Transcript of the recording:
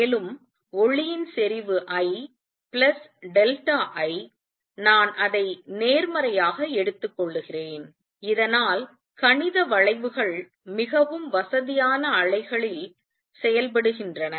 மேலும் ஒளியின் செறிவு I பிளஸ் டெல்டா I நான் அதை நேர்மறையாக எடுத்துக்கொள்கிறேன் இதனால் கணித வளைவுகள் மிகவும் வசதியான அலைகளில் செயல்படுகின்றன